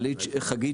חגית